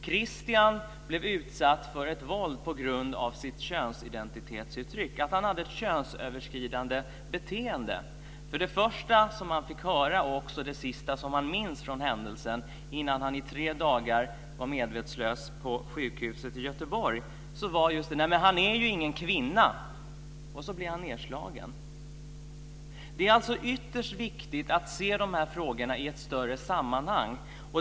Kristian blev utsatt för våld på grund av sitt könsidentitetsuttryck - han hade ett könsöverskridande beteende. Det första som han fick höra och också det sista som han minns från händelsen, innan han i tre dagar var medvetslös på sjukhuset i Göteborg, var just: Nej, men han är ju ingen kvinna. Och så blev han nedslagen. Det är alltså ytterst viktigt att se de här frågorna i ett större sammanhang.